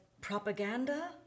propaganda